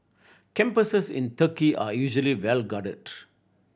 campuses in Turkey are usually well guarded